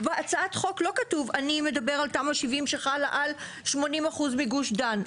בהצעת החוק לא כתוב אני מדבר על תמ"א 70 שחלה על 80% מגוש דן.